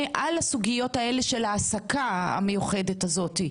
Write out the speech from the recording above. על הסוגיות האלה של העסקה המיוחדת הזאת,